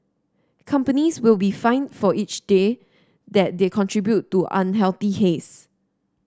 companies will be fined for each day that they contribute to unhealthy haze